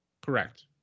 Correct